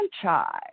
Franchise